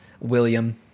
William